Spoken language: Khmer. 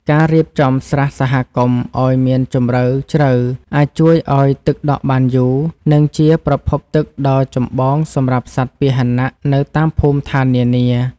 ការរៀបចំស្រះសហគមន៍ឱ្យមានជម្រៅជ្រៅអាចជួយឱ្យទឹកដក់បានយូរ និងជាប្រភពទឹកដ៏ចម្បងសម្រាប់សត្វពាហនៈនៅតាមភូមិឋាននានា។